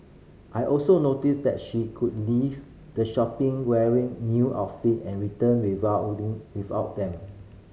I also noticed that she could leave the shop wearing new outfit and returned without without them